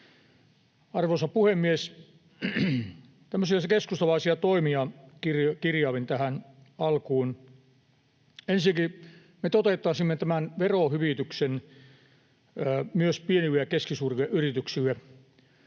Arvoisa puhemies! Tämmöisiä keskustalaisia toimia kirjailin tähän alkuun: Ensinnäkin me toteuttaisimme tämän verohyvityksen myös pienille ja keskisuurille yrityksille.